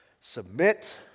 Submit